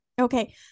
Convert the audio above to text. Okay